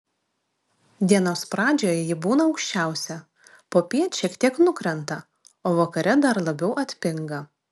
dienos pradžioje ji būna aukščiausia popiet šiek tiek nukrenta o vakare dar labiau atpinga